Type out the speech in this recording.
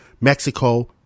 Mexico